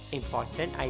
important